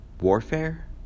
Warfare